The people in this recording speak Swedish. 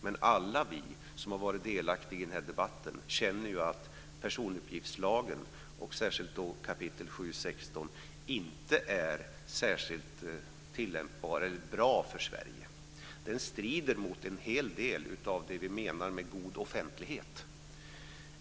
Men alla vi som har varit delaktiga i den här debatten känner att personuppgiftslagen, 7 kap. 16 §, inte är särskilt bra för Sverige. Den strider mot en hel del av det vi menar med god offentlighet.